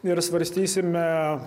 ir svarstysime